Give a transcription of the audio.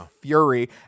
fury